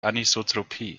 anisotropie